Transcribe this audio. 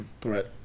threat